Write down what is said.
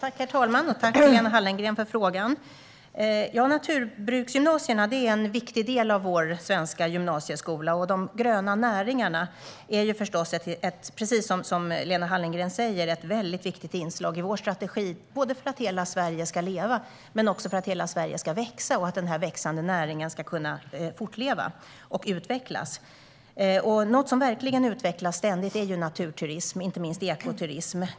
Herr talman! Tack för frågan, Lena Hallengren! Naturbruksgymnasierna är en viktig del av vår svenska gymnasieskola. Och de gröna näringarna är, precis som Lena Hallengren säger, ett viktigt inslag i vår strategi, för att hela Sverige ska leva men också för att hela Sverige ska växa och för att den här växande näringen ska kunna fortleva och utvecklas. Naturturism utvecklas ständigt. Det gäller inte minst ekoturism.